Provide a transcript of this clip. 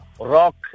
rock